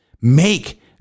Make